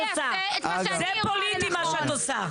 אני אעשה את מה שאני רואה לנכון.